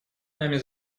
нами